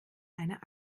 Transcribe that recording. einer